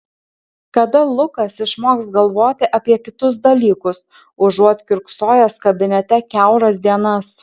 kada lukas išmoks galvoti apie kitus dalykus užuot kiurksojęs kabinete kiauras dienas